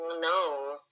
No